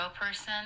person